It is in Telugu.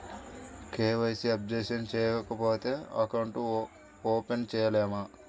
కే.వై.సి అప్డేషన్ చేయకపోతే అకౌంట్ ఓపెన్ చేయలేమా?